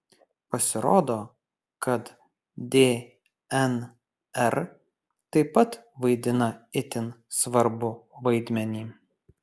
pasirodo kad dnr taip pat vaidina itin svarbų vaidmenį